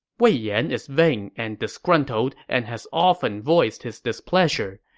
wei yan is vain and disgruntled and has often voiced his displeasure.